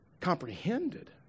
comprehended